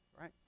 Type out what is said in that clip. right